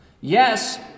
Yes